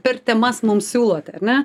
per temas mums siūlote ane